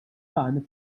dan